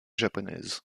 japonaise